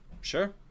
Sure